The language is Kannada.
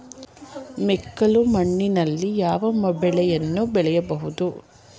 ಮೆಕ್ಕಲು ಮಣ್ಣಿನಲ್ಲಿ ಯಾವ ಬೆಳೆಯನ್ನು ಬೆಳೆಯಬಹುದು?